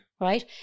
right